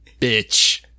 bitch